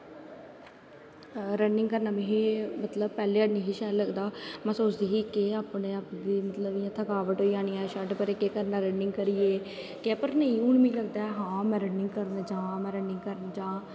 running करना मिगी मतलव पैह्ली नी हा शैल लगदा में सोचदी ही कि केह् अपनै आप गी मतलव थकाबट होई जानी ऐ छड्ड परें केह् करना रनिंग करियै पर हून मिगी लगदा ऐ में रनिंग करनें जां में रनिग करन जां